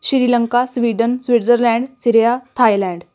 Sri Lanka Sweden Switzerland Syria Thailand